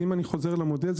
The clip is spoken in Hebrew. אם אני חוזר למודל,